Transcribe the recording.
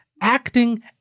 acting